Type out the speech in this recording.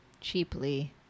cheaply